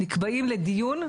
נקבעים לדיון,